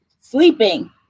sleeping